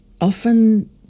often